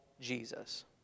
Jesus